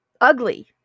ugly